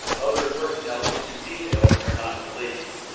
other personnel issue details are not released.